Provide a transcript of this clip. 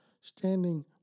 standing